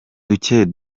duke